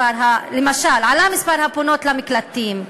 למשל, עלה מספר הפונות למקלטים.